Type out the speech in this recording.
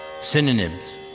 Synonyms